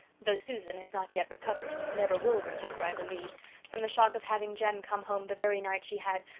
though susan has not yet recovered never will recover, i believe from the shock of having jem come home the very night she had,